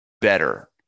better